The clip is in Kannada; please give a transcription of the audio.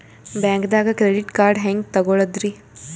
ಬ್ಯಾಂಕ್ದಾಗ ಕ್ರೆಡಿಟ್ ಕಾರ್ಡ್ ಹೆಂಗ್ ತಗೊಳದ್ರಿ?